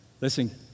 Listen